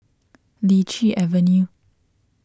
Lichi Avenue